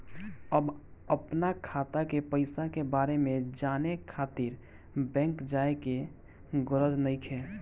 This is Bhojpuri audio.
अब अपना खाता के पईसा के बारे में जाने खातिर बैंक जाए के गरज नइखे